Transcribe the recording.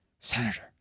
Senator